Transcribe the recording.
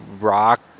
rock